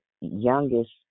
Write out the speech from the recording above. youngest